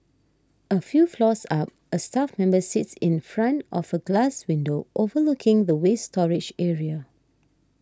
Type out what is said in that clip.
a few floors up a staff member sits in front of a glass window overlooking the waste storage area